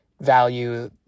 value